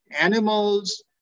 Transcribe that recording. animals